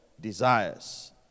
desires